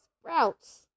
Sprouts